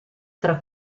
tra